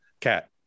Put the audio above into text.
Cat